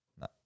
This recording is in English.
No